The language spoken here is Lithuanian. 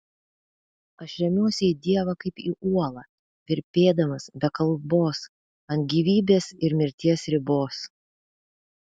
aš remiuosi į dievą kaip į uolą virpėdamas be kalbos ant gyvybės ir mirties ribos